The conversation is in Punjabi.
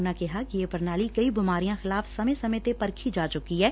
ਉਨਾਂ ਕਿਹਾ ਕਿ ਇਹ ਪੁਣਾਲੀ ਕਈ ਬਿਮਾਰੀਆਂ ਖਿਲਾਫ ਸਮੇਂ ਸਮੇਂ ਤੇ ਪਰਖੀ ਜਾ ਚੁੱਕੀ ਐ